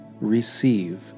receive